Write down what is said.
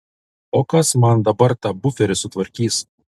o kas man dabar tą buferį sutvarkys